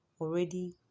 already